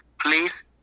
Please